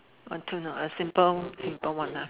I don't know a simple simple one lah